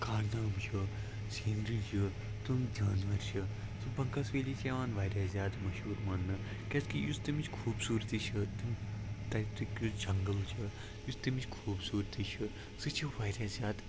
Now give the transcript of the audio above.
کارنام چھُ سیٖنری چھُ تِم جانوَر چھِ سُہ بَنٛگس ویلی چھِ یِوان واریاہ زیادٕ مشہوٗر مانٛنہٕ کیٛازِکہِ یُس تَمِچ خوٗبصوٗرتی چھِ تِم تَتِکۍ یُس جنٛگل چھُ یُس تَمِچ خوٗبصوٗرتی چھِ سُہ چھِ واریاہ زیادٕ